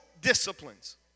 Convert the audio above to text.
disciplines